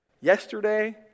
yesterday